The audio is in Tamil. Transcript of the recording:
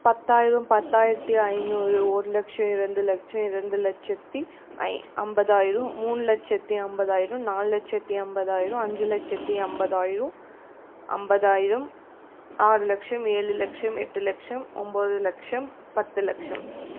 பத்தாயிரம் பத்தாயிரத்து ஐநூறு ஒரு லட்சம் இரண்டு லட்சம் இரண்டு லட்சத்து ஐ ஐம்பதாயிரம் மூணு லட்சத்து ஐம்பதாயிரம் நாலு லட்சத்து ஐம்பதாயிரம் அஞ்சு லட்சத்து ஐம்பதாயிரம் ஐம்பதாயிரம் ஆறு லட்சம் ஏழு லட்சம் எட்டு லட்சம் ஒம்பது லட்சம் பத்து லட்சம்